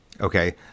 Okay